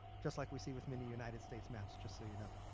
just like we see with many united states maps just so you know.